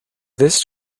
this